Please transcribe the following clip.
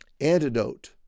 antidote